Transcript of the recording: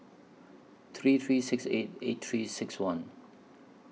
three three six eight eight three six one